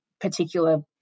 particular